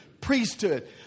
priesthood